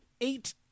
eight